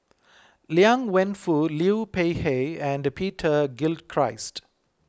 Liang Wenfu Liu Peihe and Peter Gilchrist